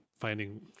finding